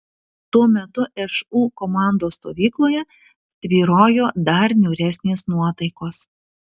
tuo metu šu komandos stovykloje tvyrojo dar niūresnės nuotaikos